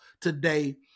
today